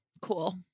Cool